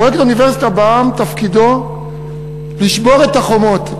פרויקט "אוניברסיטה בעם" תפקידו לשבור את החומות,